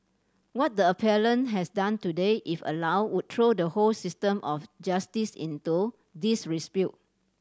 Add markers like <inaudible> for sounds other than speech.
what the appellant has done today if allowed would throw the whole system of justice into <unintelligible>